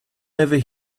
over